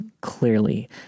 Clearly